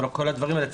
כל הדברים האלה,